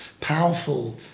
powerful